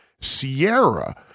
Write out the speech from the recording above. Sierra